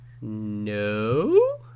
no